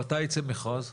מתי ייצא מכרז?